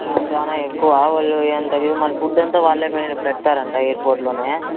చాలా ఎక్కువ వాళ్ళు ఎంత మళ్ళీ ఫుడ్ అంత వాళ్ళే మే పెడ్తారంట ఎయిర్పోర్ట్లోనే